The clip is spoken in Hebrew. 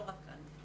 לא רק כאן.